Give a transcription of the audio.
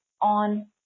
on